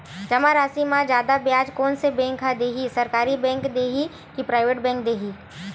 जमा राशि म जादा ब्याज कोन से बैंक ह दे ही, सरकारी बैंक दे हि कि प्राइवेट बैंक देहि?